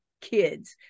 kids